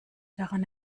daran